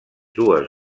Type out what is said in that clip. dues